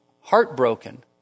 heartbroken